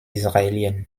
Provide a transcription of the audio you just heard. israélienne